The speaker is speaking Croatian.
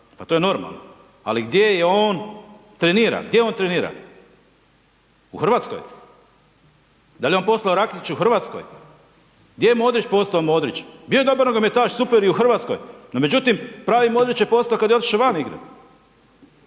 pa to je normalno, ali gdje je on trenira, gdje on trenira, u Hrvatskoj, da li je on postao Raketić u Hrvatskoj, gdje je Modrić postao Modrić, bio je dobar nogometaš, super i u Hrvatskoj, no međutim pravi Modrić je postao kad je otišo van igrat.